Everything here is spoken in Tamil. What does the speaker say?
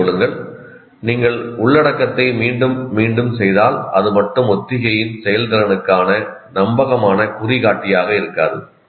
நினைவில் கொள்ளுங்கள் நீங்கள் உள்ளடக்கத்தை மீண்டும் மீண்டும் செய்தால் அது மட்டும் ஒத்திகையின் செயல்திறனுக்கான நம்பகமான குறிகாட்டியாக இருக்காது